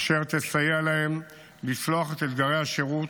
אשר תסייע להם לצלוח את אתגרי השירות,